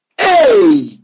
hey